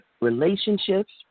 relationships